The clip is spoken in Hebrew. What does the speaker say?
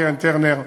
קרן טרנר,